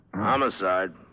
Homicide